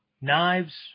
knives